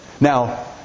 now